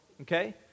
Okay